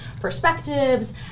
perspectives